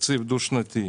תקציב דו שנתי.